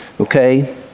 okay